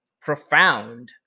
profound